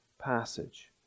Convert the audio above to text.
passage